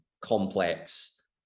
complex